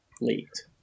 leaked